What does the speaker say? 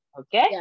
Okay